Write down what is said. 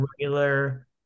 regular